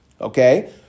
okay